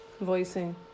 Voicing